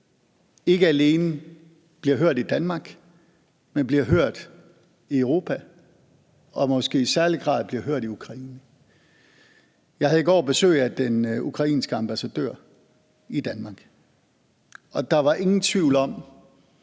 ikke alene bliver hørt i Danmark, men bliver hørt i Europa og måske i særlig grad bliver hørt i Ukraine. Jeg havde i går besøg af den ukrainske ambassadør i Danmark, og der var ingen tvivl om,